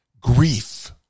grief